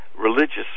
religious